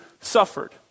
suffered